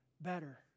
better